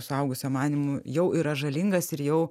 suaugusio manymu jau yra žalingas ir jau